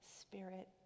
spirit